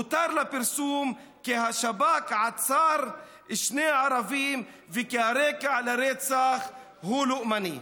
הותר לפרסום כי השב"כ עצר שני ערבים וכי הרקע לרצח הוא לאומני.